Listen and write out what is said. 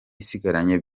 isigaranye